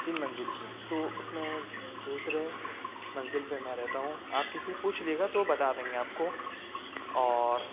تین منزل کی تو اس میں دوسرے منزل پہ میں رہتا ہوں آپ کسی سے پوچھ لیئے گا تو بتا دیں گے آپ کو اور